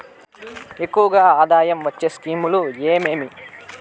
ఎక్కువగా ఆదాయం వచ్చే స్కీమ్ లు ఏమేమీ?